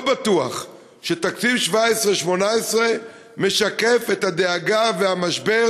לא בטוח שתקציב 2017 2018 משקף את הדאגה והמשבר